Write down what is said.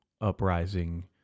uprising